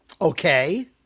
Okay